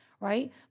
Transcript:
right